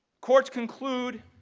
courts conclude